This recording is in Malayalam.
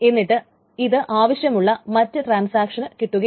എന്നിട്ട് ഇത് ആവശ്യമുള്ള മറ്റ് ട്രാൻസാക്ഷന് കിട്ടുകയില്ല